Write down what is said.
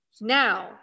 Now